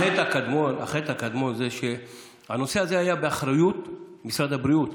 החטא הקדמון זה שהנושא הזה היה באחריות משרד הבריאות,